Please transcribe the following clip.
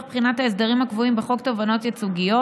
בחינת ההסדרים הקבועים בחוק תובענות ייצוגיות.